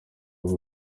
aba